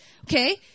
okay